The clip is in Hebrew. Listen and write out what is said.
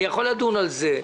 אני יכול לדון עליהם,